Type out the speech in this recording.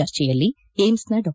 ಚರ್ಚೆಯಲ್ಲಿ ಏಮ್ಸ್ನ ಡಾ